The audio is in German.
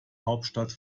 hauptstadt